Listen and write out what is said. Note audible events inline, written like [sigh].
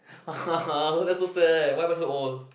[laughs] that so sad why why so old